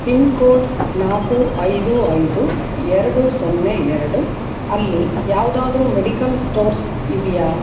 pin code ನಾಲ್ಕು ಐದು ಐದು ಎರಡು ಸೊನ್ನೆ ಎರಡು ಅಲ್ಲಿ ಯಾವುದಾದರು ಮೆಡಿಕಲ್ ಸ್ಟೋರ್ಸ್ ಇವೆಯೇ